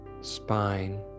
spine